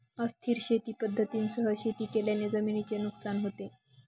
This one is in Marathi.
अस्थिर शेती पद्धतींसह शेती केल्याने जमिनीचे नुकसान होते